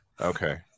Okay